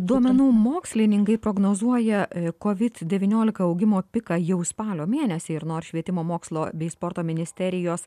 duomenų mokslininkai prognozuoja kovid devyniolika augimo piką jau spalio mėnesį ir nors švietimo mokslo bei sporto ministerijos